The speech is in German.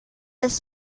des